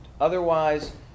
Otherwise